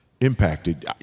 impacted